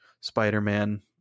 spider-man